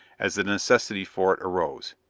as the necessity for it arose.